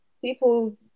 people